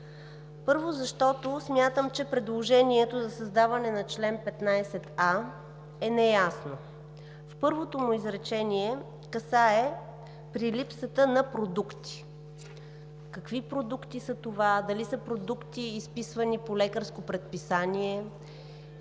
Първо, защото смятам, че предложението за създаване на чл. 15а е неясно. Първото му изречение касае: „при липсата на продукти“. Какви продукти са това? Дали са продукти, изписвани по лекарско предписание,